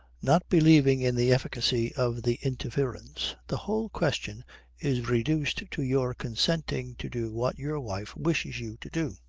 not believing in the efficacy of the interference, the whole question is reduced to your consenting to do what your wife wishes you to do.